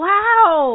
Wow